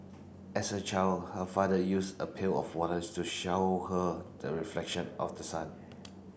as a child her father used a pail of waters to show her the reflection of the sun